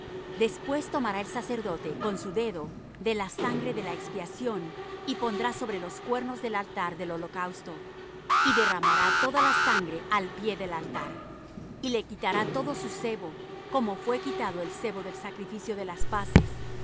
después tomará el sacerdote con su dedo de la sangre de la expiación y pondrá sobre los cuernos del altar del holocausto y derramará toda la sangre al pie del altar y le quitará todo su sebo como fué quitado el sebo del sacrificio de las paces